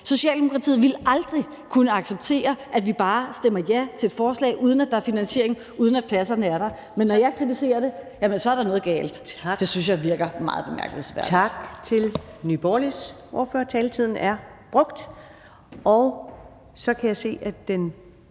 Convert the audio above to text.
Socialdemokratiet ville aldrig kunne acceptere, at vi bare stemmer ja til et forslag, uden at der er finansiering, uden at pladserne er der. Men når jeg kritiserer det, jamen så er der noget galt – det synes jeg virker meget bemærkelsesværdigt. Kl. 14:52 Første næstformand (Karen Ellemann): Tak til Nye Borgerliges ordfører. Taletiden er brugt. Så kan jeg se, at den